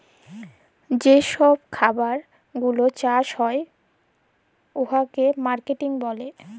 যে ছব খাবার গিলা চাষ হ্যয় উয়াকে মার্কেটিং ক্যরে